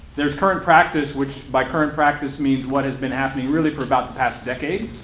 there's current practice, which by current practice means what has been happening really for about the past decade.